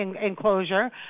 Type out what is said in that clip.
enclosure